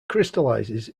crystallizes